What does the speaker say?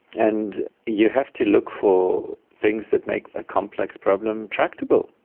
and you have to look for things that make a complex problem tractable.